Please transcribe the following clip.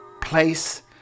place